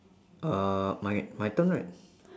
uh my my turn right